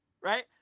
right